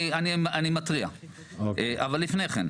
אני מתריע, אבל לפני כן,